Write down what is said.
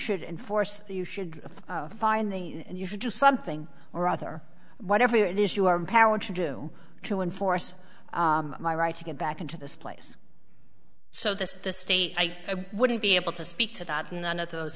should enforce you should find the you should do something or other whatever it is you are empowered to do to enforce my right to get back into this place so this is the state i wouldn't be able to speak to that none of those